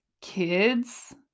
kids